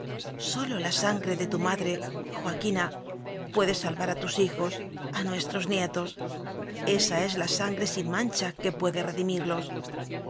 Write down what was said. sólo la sangre de tu madre joaquina puede salvar a tus hijos a núes tros nietos esa es la sangre sin mancha'que puede redimirlos